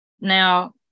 Now